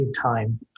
time